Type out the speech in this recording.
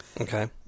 Okay